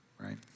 Right